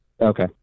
Okay